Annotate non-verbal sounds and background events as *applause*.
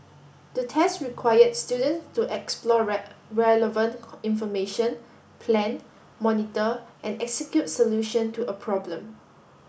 the test required student to explore *unintelligible* relevant information plan monitor and execute solution to a problem